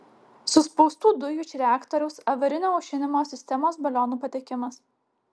suspaustų dujų iš reaktoriaus avarinio aušinimo sistemos balionų patekimas